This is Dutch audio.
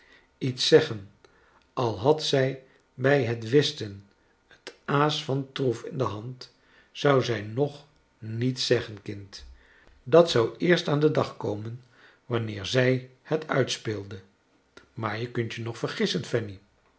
lets zeggen al had zij bij het whisten het aas van troef in de hand zou zij nog niets zeggen kind dat zou eerst aan den dag komen wanneer zij het uitspeelde maar je kunt je nog vergissen